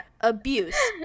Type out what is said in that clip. Abuse